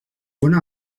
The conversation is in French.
voilà